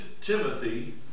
Timothy